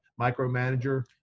micromanager